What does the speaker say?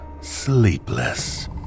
sleepless